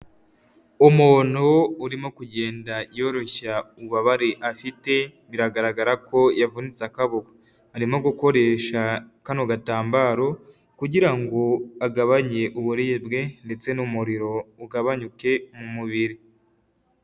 Umuntu urimo kugenda yoroshya ububabare afite, biragaragara ko yavunitse akaboko, arimo gukoresha kano gatambaro kugira ngo agabanye uburibwe ndetse n'umuriro ugabanyuke mu mubiri.